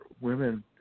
women